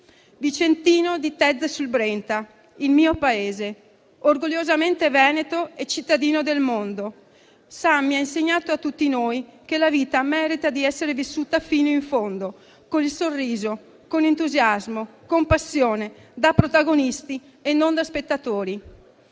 Vicentino di Tezze sul Brenta, il mio paese, orgogliosamente veneto e cittadino del mondo, Sammy ha insegnato a tutti noi che la vita merita di essere vissuta fino in fondo con sorriso, entusiasmo e passione, da protagonisti e non da spettatori.